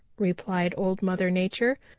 replied old mother nature,